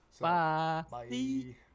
bye